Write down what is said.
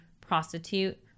prostitute